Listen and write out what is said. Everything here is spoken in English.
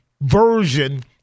version